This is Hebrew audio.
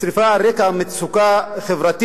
שרפה על רקע מצוקה חברתית,